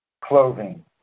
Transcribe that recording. clothing